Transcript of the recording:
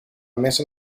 mesa